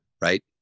right